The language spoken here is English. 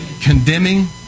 Condemning